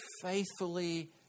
faithfully